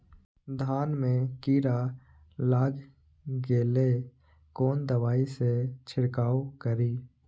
धान में कीरा लाग गेलेय कोन दवाई से छीरकाउ करी?